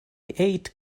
ate